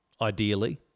ideally